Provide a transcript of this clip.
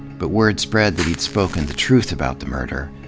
but word spread that he'd spoken the truth about the murder,